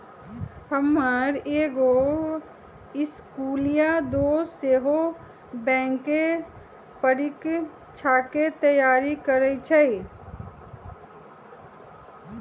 हमर एगो इस्कुलिया दोस सेहो बैंकेँ परीकछाके तैयारी करइ छइ